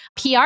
PR